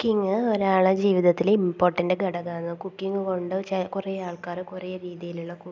cooking ഒരാളെ ജീവിതത്തിൽ important ഘടകമാണ് കുക്കിങ് കൊണ്ട് ചെ കുറെ ആൾക്കാർ കുറെ രീതിയിലുള്ള